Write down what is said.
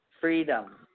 FREEDOM